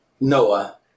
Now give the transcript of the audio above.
Noah